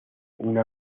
una